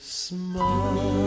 smile